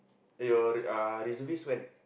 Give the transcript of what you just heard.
eh your uh reservist when